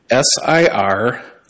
SIR